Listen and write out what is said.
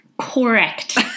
correct